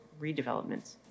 redevelopments